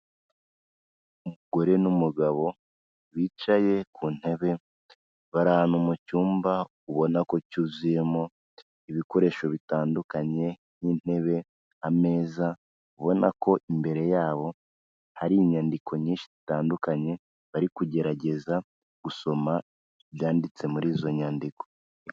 Umugore n'umugabo bicaye ku ntebe bari ahantu mu cyumba ubona ko cyuzuyemo ibikoresho bitandukanye nk'intebe, ameza. Ubona ko imbere yabo hari inyandiko nyinshi zitandukanye bari kugerageza gusoma ibyanditse muri izo nyandiko.